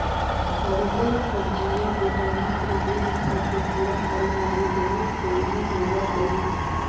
हरीअर सब्जियन vitamin protein ईसब के पूरा करे लागी बहुत जरूरी होब हई